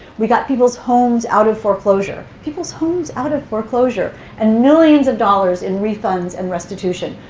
we got people's homes out of foreclosure. people's homes out of foreclosure. and millions of dollars in refunds and restitution.